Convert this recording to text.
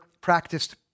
practiced